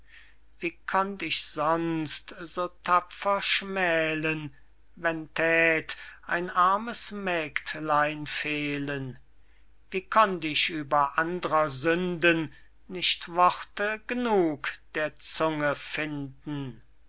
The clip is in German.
wie konnt ich sonst so tapfer schmählen sah ich ein armes mägdlein fehlen wie konnt ich über andrer sünden nicht worte g'nug der zunge finden